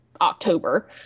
october